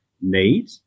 need